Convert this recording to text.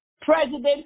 president